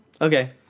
okay